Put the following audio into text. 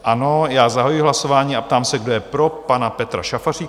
Ano, zahajuji hlasování a ptám se, kdo je pro pana Petra Šafaříka?